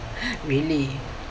mainly